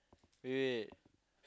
wait wait